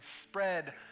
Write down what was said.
spread